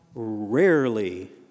Rarely